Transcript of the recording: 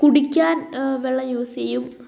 കുടിക്കാൻ വെള്ളം യൂസ് ചെയ്യും